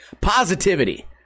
positivity